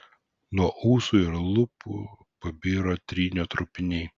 nuo ūsų ir lūpų pabiro trynio trupiniai